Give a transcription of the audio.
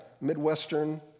Midwestern